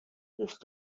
دوست